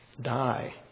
die